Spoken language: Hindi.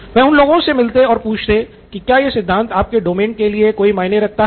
वह उन लोगों से मिलते और पूछते की क्या यह सिद्धांत आपके डोमेन के लिए कोई मायने रखता है